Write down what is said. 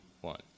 one